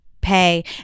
pay